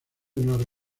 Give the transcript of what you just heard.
unas